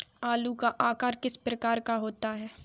आलू का आकार किस प्रकार का होता है?